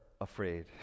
afraid